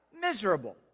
miserable